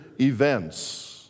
events